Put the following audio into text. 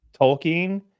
tolkien